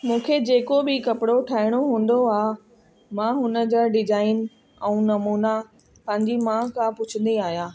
मूंखे जेको बि कपिड़ो ठाहिणो हूंदो आहे मां हुन जा डिजाइन ऐं नमूना पंहिंजी माउ खां पुछंदी आहियां